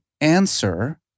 answer